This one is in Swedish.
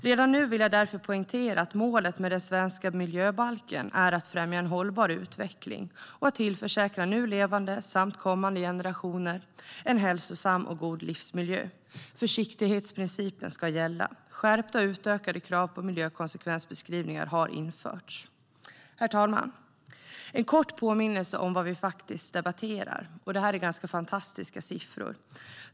Redan nu vill jag därför poängtera att målet med den svenska miljöbalken är att främja en hållbar utveckling och tillförsäkra nu levande samt kommande generationer en hälsosam och god livsmiljö. Försiktighetsprincipen ska gälla, och skärpta och utökade krav på miljökonsekvensbeskrivningar har införts. Herr talman! Jag vill ge en kort påminnelse om vad vi faktiskt debatterar. Det är ganska fantastiska siffror.